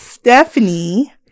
Stephanie